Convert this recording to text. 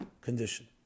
condition